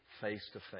face-to-face